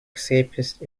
escapist